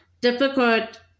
difficult